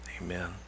amen